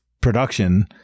production